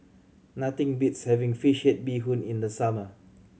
nothing beats having fish head bee hoon in the summer